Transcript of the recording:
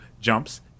jumps